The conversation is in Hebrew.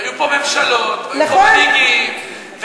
והיו פה ממשלות והיו פה פקידים,